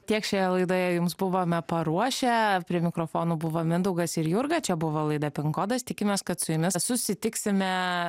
tiek šioje laidoje jums buvome paruošę prie mikrofono buvo mindaugas ir jurga čia buvo laida pinkodas tikimės kad su jumis susitiksime